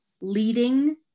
leading